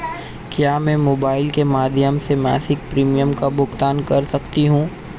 क्या मैं मोबाइल के माध्यम से मासिक प्रिमियम का भुगतान कर सकती हूँ?